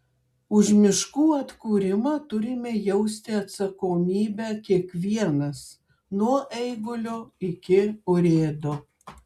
už miškų atkūrimą turime jausti atsakomybę kiekvienas nuo eigulio iki urėdo